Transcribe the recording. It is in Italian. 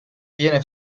viene